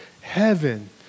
heaven